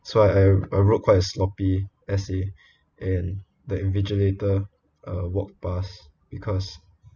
so I I wrote quite a sloppy essay and the invigilator uh walked past because